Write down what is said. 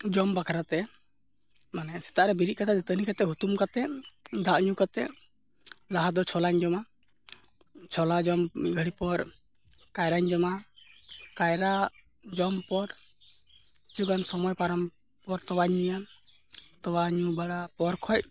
ᱡᱚᱢ ᱵᱟᱠᱷᱨᱟᱛᱮ ᱢᱟᱱᱮ ᱥᱮᱛᱟᱜᱨᱮ ᱵᱤᱨᱤᱫ ᱠᱟᱛᱮᱫ ᱫᱟᱹᱛᱟᱹᱱᱤ ᱠᱟᱛᱮᱫ ᱦᱩᱛᱩᱢ ᱠᱟᱛᱮᱫ ᱫᱟᱜ ᱧᱩ ᱠᱟᱛᱮᱫ ᱞᱟᱦᱟᱫᱚ ᱪᱷᱳᱞᱟᱧ ᱡᱚᱢᱟ ᱪᱷᱳᱞᱟ ᱡᱚᱢ ᱢᱤᱫ ᱜᱷᱟᱹᱲᱤ ᱯᱚᱨ ᱠᱟᱭᱨᱟᱧ ᱡᱚᱢᱟ ᱠᱟᱭᱨᱟ ᱡᱚᱢ ᱯᱚᱨ ᱠᱤᱪᱷᱩᱜᱟᱱ ᱥᱚᱢᱚᱭ ᱯᱟᱨᱚᱢ ᱯᱚᱨ ᱛᱳᱣᱟᱧ ᱧᱩᱭᱟ ᱛᱳᱣᱟ ᱧᱩ ᱵᱟᱲᱟ ᱯᱚᱨ ᱠᱷᱚᱡ